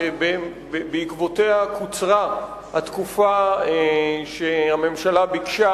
שבעקבותיה קוצרה התקופה שהממשלה ביקשה,